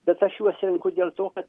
bet aš juos renku dėl to kad